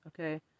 Okay